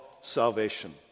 salvation